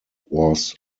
was